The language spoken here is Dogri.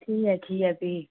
ठीक ऐ ठीक ऐ फ्ही